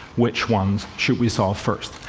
which ones should we solve first?